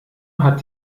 hat